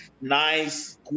nice